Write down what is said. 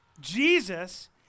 Jesus